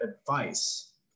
advice